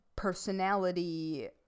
personality